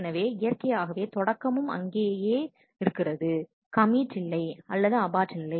எனவே இயற்கையாகவே தொடக்கமும் அங்கேயும் இருக்கிறது கமிட் இல்லை அல்லது அபார்ட் இல்லை